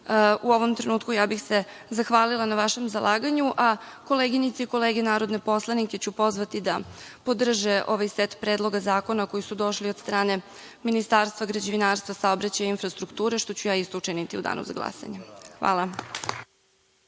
U ovom trenutku ja bih se zahvalila na vašem zalaganju a koleginice i kolege narodne poslanike ću pozvati da podrže ovaj set predloga zakona koji su došli od strane Ministarstva građevinarstva, saobraćaja i infrastrukture, što ću ja isto učiniti u danu za glasanje. Hvala.